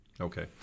Okay